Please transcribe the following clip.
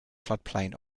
floodplain